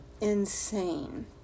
insane